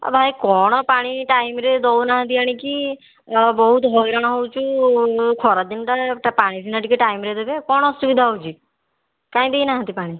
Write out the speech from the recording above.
ଆ ଭାଇ କ'ଣ ପାଣି ଟାଇମ୍ରେ ଦେଉନାହାନ୍ତି ଆଣିକି ବହୁତ ହଇରାଣ ହେଉଛୁ ଖରାଦିନଟା ପାଣି ସିନା ଟିକିଏ ଟାଇମ୍ରେ ଦେବେ କ'ଣ ଅସୁବିଧା ହେଉଛି କାଇଁ ଦେଇନାହାନ୍ତି ପାଣି